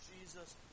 Jesus